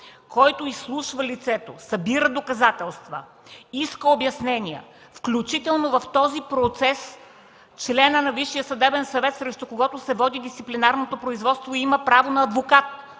който изслушва лицето, събира доказателства, иска обяснения, включително и в този процес членът на Висшия съдебен съвет, срещу когото се води дисциплинарното производство, има право на адвокат.